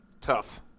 Tough